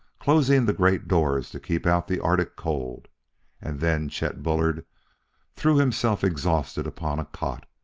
closing the great doors to keep out the arctic cold and then chet bullard threw himself exhausted upon a cot,